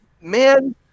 man